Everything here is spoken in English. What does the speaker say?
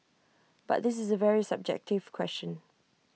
but this is A very subjective question